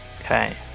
Okay